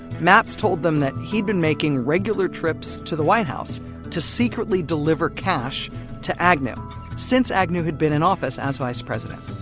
matz told them that he'd been making regular trips to the white house to secretly deliver cash to agnew since agnew had been in office as vice president,